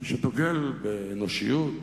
שדוגל באנושיות,